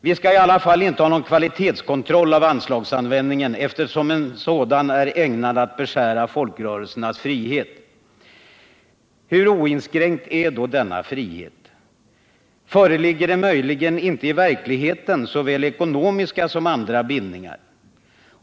Vi skall i alla fall inte ha någon kvalitetskontroll av anslagsanvändningen, eftersom en sådan är ägnad att beskära folkrörelsernas frihet. Hur oinskränkt är då denna frihet? Föreligger det möjligen inte i verkligheten såväl ekonomiska som andra bindningar?